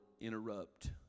interrupt